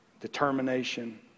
determination